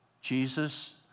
Jesus